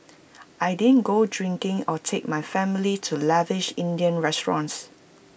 I didn't go drinking or take my family to lavish Indian restaurants